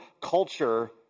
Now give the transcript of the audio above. culture